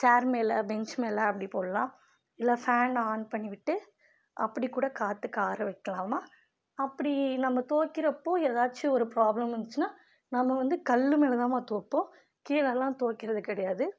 சேர் மேலே பெஞ்ச் மேலே அப்படி போடலாம் இல்லை ஃபேனை ஆன் பண்ணிவிட்டு அப்படி கூட காற்றுக்கு ஆற வைக்கலாம்மா அப்படி நம்ம துவைக்கறப்போ ஏதாச்சும் ஒரு ப்ராப்லம் இருந்துச்சுன்னா நாம வந்து கல் மேலேதாம்மா துவைப்போம் கீழேலாம் துவைக்கறது கிடையாது